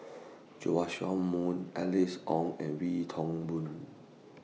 Joash Moo Alice Ong and Wee Toon Boon